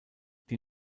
die